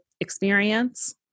experience